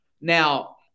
Now